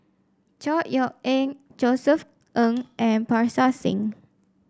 Chor Yeok Eng Josef Ng and Parga Singh